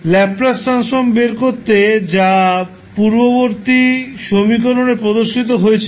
Laplace transform বের করতে যা পূর্ববর্তী সমীকরণে প্রদর্শিত হয়েছিল